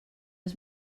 has